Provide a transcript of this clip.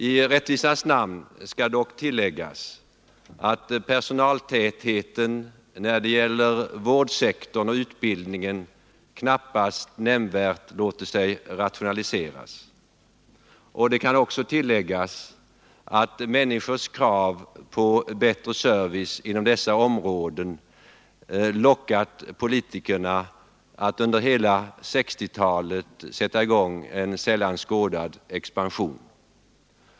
I rättvisans namn skall dock erkännas att personaltätheten när det gäller vårdsektorn och utbildningen knappast nämnvärt låter sig rationaliseras. Det kan också påpekas att människors krav på bättre service inom dessa områden lockat politikerna att under hela 1960-talet sätta i gång en sällan skådad expansion.